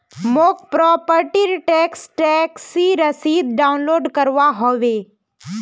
मौक प्रॉपर्टी र tax taxi रसीद डाउनलोड करवा होवे